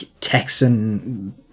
Texan